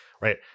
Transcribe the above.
right